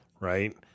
right